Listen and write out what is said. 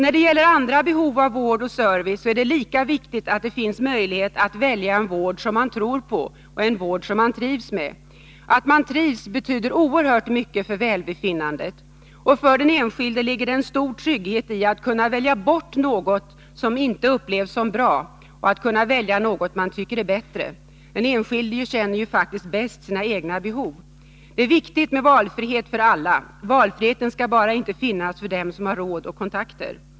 När det gäller andra behov av vård och service är det lika viktigt att det finns möjlighet att välja en vård som man tror på och trivs med. Att man trivs betyder oerhört mycket för välbefinnandet. För den enskilde ligger det en stor trygghet i att kunna välja bort något som inte upplevs som bra och att kunna välja något man tycker är bättre. Den enskilde känner ju faktiskt bäst sina egna behov. Det är viktigt med valfrihet för alla. Valfriheten skall inte bara finnas för dem som har råd och kontakter.